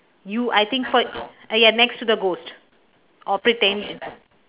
you I think for uh ya next to the ghost or pretendi~